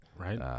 Right